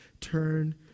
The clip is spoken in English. turn